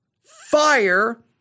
fire